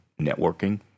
networking